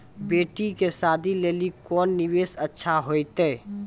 बेटी के शादी लेली कोंन निवेश अच्छा होइतै?